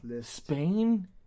Spain